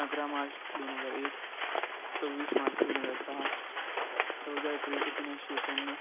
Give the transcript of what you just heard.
अकरा मार्च दोन हजार एक सव्वीस मार्च दोन हजार सहा चौदा एप्रिल एकोणवीसशे एक्याण्णव